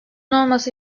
olmasa